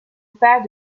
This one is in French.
pas